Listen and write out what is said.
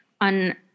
on